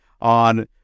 on